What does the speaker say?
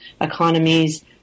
economies